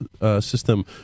system